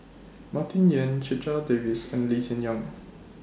Martin Yan Checha Davies and Lee Hsien Yang